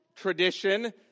tradition